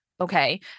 Okay